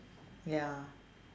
ya